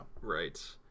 right